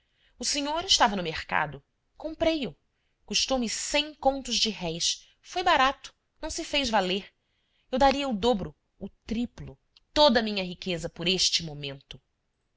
o senhor estava no mercado comprei o custou-me cem contos de réis foi barato não se fez valer eu daria o dobro o triplo toda a minha riqueza por este momento